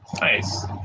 Nice